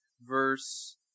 verse